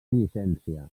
llicència